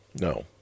No